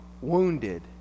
wounded